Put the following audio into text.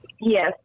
Yes